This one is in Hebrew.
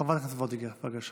חברת הכנסת וולדיגר, בבקשה.